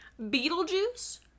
Beetlejuice